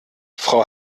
frau